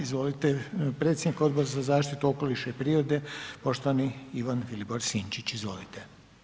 Izvolite predsjednik Odbora za zaštitu okoliša i prirode poštovani Ivan Vilibor Sinčić, izvolite.